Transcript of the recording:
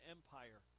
Empire